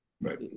Right